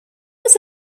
was